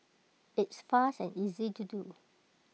it's fast and easy to do